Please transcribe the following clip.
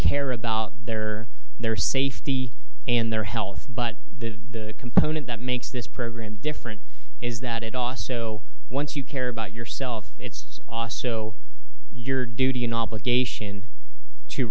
care about their their safety and their health but the component that makes this program different is that it awesome once you care about yourself it's your duty an obligation to